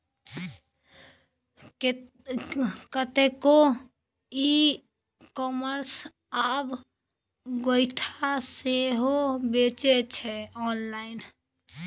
कतेको e commerce आब गोयठा सेहो बेचै छै आँनलाइन